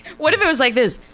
what if it was like this